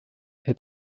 est